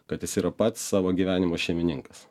kad jis yra pats savo gyvenimo šeimininkas